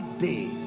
day